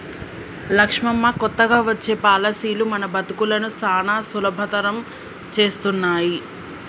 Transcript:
లక్ష్మమ్మ కొత్తగా వచ్చే పాలసీలు మన బతుకులను సానా సులభతరం చేస్తున్నాయి